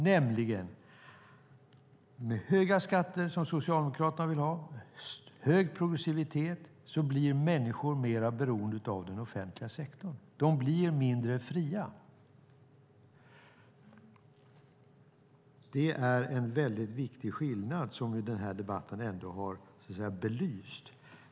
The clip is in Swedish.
Med höga skatter och hög progressivitet som Socialdemokraterna vill ha blir människor mer beroende av den offentliga sektorn. De blir mindre fria. Det är en väldigt viktig skillnad som den här debatten har belyst.